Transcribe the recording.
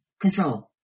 Control